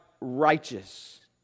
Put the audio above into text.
righteous